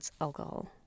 alcohol